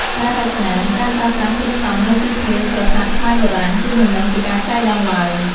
ការរចនា និងការប្រើប្រាស់ធាតុផ្សំនៅទីធ្លាប្រាសាទខ្មែរបុរាណ គឺមិនមែនជាការចៃដន្យឡើយ។